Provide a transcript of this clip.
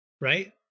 Right